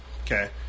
okay